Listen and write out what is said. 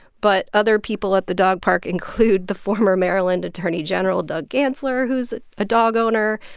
but other people at the dog park include the former maryland attorney general, doug gansler, who's a dog owner.